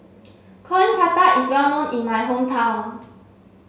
Coin Prata is well known in my hometown